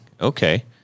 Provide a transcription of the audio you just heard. Okay